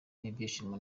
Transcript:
n’ibyishimo